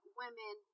women